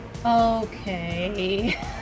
Okay